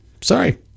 Sorry